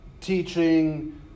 teaching